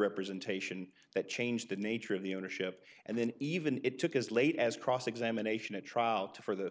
representation that changed the nature of the ownership and then even if it took as late as cross examination a trial to for the